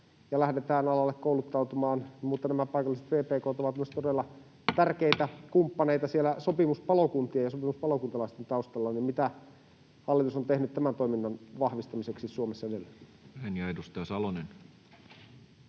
koputtaa] Toisaalta nämä paikalliset vpk:t ovat myös todella tärkeitä kumppaneita siellä sopimuspalokuntien ja sopimuspalokuntalaisten taustalla. Mitä hallitus on tehnyt tämän toiminnan vahvistamiseksi Suomessa edelleen?